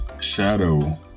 Shadow